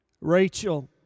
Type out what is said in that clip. Rachel